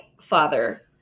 father